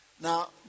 Now